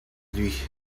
lui